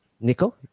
Nico